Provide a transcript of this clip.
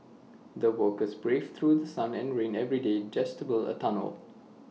the workers braved through The Sun and rain every day just to build A tunnel